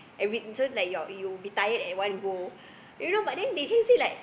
every so like your you'll be tired at one go you know but then they say say like